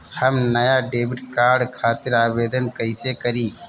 हम नया debit card खातिर आवेदन कईसे करी?